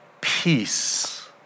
peace